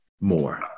more